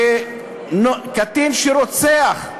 קטין שרוצח,